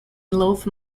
loaf